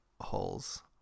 holes